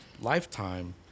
Lifetime